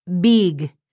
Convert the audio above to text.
big